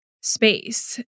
space